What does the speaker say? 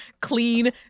clean